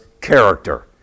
character